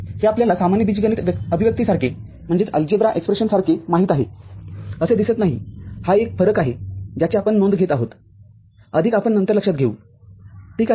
हे आपल्याला सामान्य बीजगणित अभिव्यक्तीसारखे माहित आहे असे दिसत नाही हा एक फरक आहे ज्याची आपण नोंद घेत आहोत अधिक आपण नंतर लक्षात घेऊ ठीक आहे